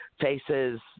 faces